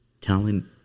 telling